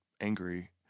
angry